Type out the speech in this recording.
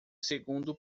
segundo